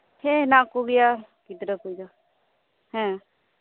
ᱦᱮᱱᱟᱜ ᱠᱚᱜᱮᱭᱟ ᱜᱤᱫᱽᱨᱟᱹ ᱠᱚᱫᱚ ᱦᱮᱸ